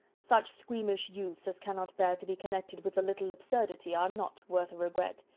such squeamish youths as cannot bear to be connected with a little absurdity are not worth a regret.